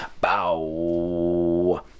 Bow